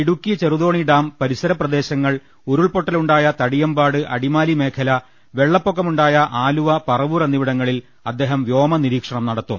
Idukki Cheruthoni dam പരിസരപ്രദേശങ്ങൾ ഉരുൾപൊട്ടലുണ്ടായ തടിയമ്പാട് അടിമാലി മേഖല വെള്ളപ്പൊക്കമു ണ്ടായ ആലുവ പറവൂർ എന്നിവിടങ്ങളിൽ അദ്ദേഹം വ്യോമനിരീക്ഷണം നടത്തും